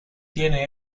tiene